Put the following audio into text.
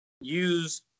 use